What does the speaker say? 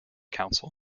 counsel